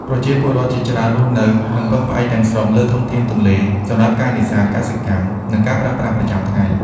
ប្រជាពលរដ្ឋជាច្រើនរស់នៅ និងពឹងផ្អែកទាំងស្រុងលើធនធានទន្លេសម្រាប់ការនេសាទ កសិកម្ម និងការប្រើប្រាស់ប្រចាំថ្ងៃ។